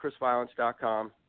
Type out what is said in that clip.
ChrisViolence.com